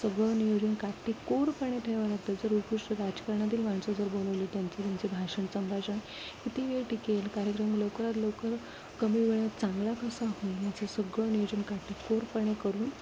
सगळं नियोजन काटेकोरपणे ठेवाय लागतं जर उकृष्ट राजकारणातील माणसं जर बोलवली त्यांचे त्यांचे भाषण संभाषण किती वेळ टिकेल कार्यक्रम लवकरात लवकर कमी वेळात चांगला कसा होईल याचं सगळं नियोजन काटेकोरपणे करून